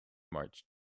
marched